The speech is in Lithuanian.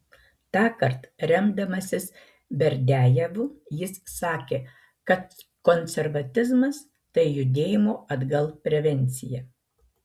tąkart remdamasis berdiajevu jis sakė kad konservatizmas tai judėjimo atgal prevencija